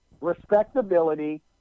respectability